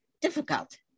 difficult